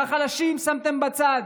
והחלשים, שמתם בצד.